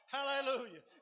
Hallelujah